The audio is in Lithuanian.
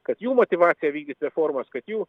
kad jų motyvaciją vykdyti reformas kad jų